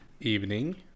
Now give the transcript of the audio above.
evening